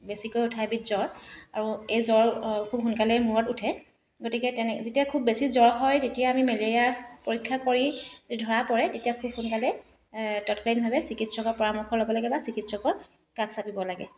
বেছিকৈ উঠা এবিধ জ্বৰ আৰু এই জ্বৰ খুব সোনকালেই মূৰত উঠে গতিকে তেনে যেতিয়া খুব বেছি জ্বৰ হয় তেতিয়া আমি মেলেৰিয়া পৰীক্ষা কৰি ধৰা পৰে তেতিয়া খুব সোনকালে তৎকালীনভাৱে চিকিৎসকৰ পৰামৰ্শ ল'ব লাগে বা চিকিৎসকৰ কাষ চাপিব লাগে